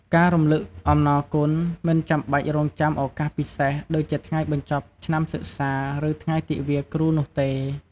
ការ រំលឹកអំណរគុណ មិនចាំបាច់រង់ចាំឱកាសពិសេសដូចថ្ងៃបញ្ចប់ឆ្នាំសិក្សា ឬថ្ងៃទិវាគ្រូនោះទេ។